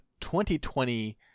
2020